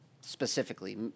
specifically